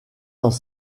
dans